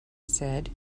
said